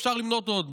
אפשר למנות עוד.